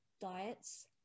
diets